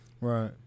Right